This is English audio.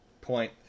point